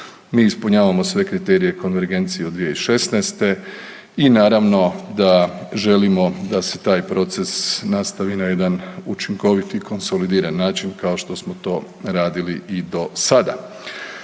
Mi ispunjavamo sve kriterije konvergencije od 2016. i naravno da želimo da se taj proces nastavi na jedan učinkoviti i konsolidiran način, kao što smo to radili i do sada.